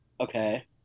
Okay